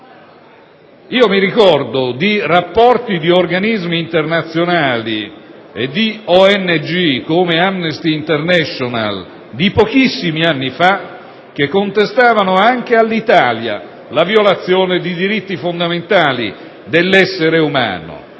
ricordo rapporti di organismi internazionali e di ONG, come Amnesty International, di pochissimi anni fa, che contestavano anche all'Italia la violazione di diritti fondamentali dell'essere umano